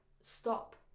Stop